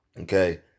Okay